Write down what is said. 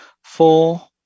four